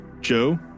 joe